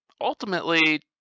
ultimately